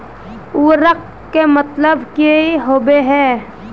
उर्वरक के मतलब की होबे है?